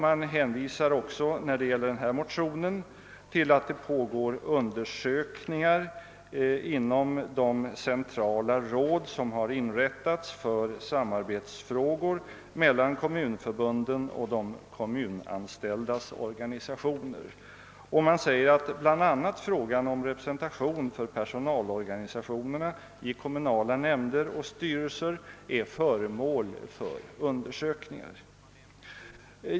Man hänvisar också när det gäller vår motion till att det pågår undersökningar inom de centrala råd, som har inrättats för samarbetsfrågor mellan kommunförbunden och de kommunanställdas organisationer, och framhåller att bl.a. frågan om representation för personalorganisationerna i kommunala nämnder och styrelser är föremål för undersökningar.